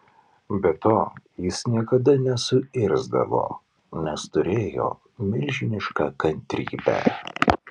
be to jis niekada nesuirzdavo nes turėjo milžinišką kantrybę